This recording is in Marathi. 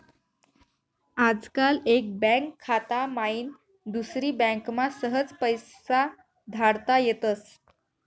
आजकाल एक बँक खाता माईन दुसरी बँकमा सहज पैसा धाडता येतस